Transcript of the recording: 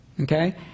okay